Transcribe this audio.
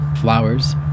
flowers